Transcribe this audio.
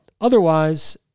Otherwise